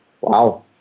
Wow